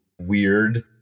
weird